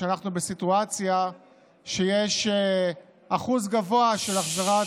שאנחנו בסיטואציה שיש אחוז גבוה של החזרת